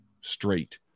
straight